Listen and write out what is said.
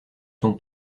ton